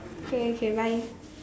okay okay bye